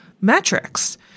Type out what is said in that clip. metrics